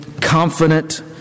confident